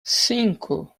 cinco